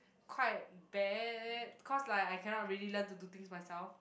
quite bad cause like I cannot really learn to do things myself